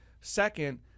Second